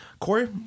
Corey